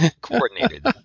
coordinated